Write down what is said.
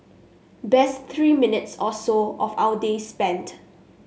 best three minutes or so of our day spent